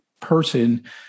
person